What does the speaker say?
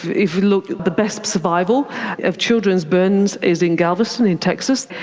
if we looked at the best survival of children's burns is in galveston in texas.